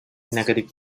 negative